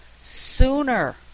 sooner